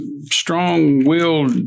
strong-willed